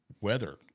weather